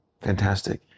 fantastic